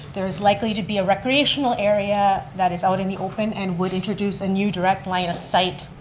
there is likely to be a recreational area that is out in the open and would introduce a new direct line of sight,